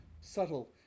subtle